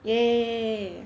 ya ya ya ya ya